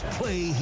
play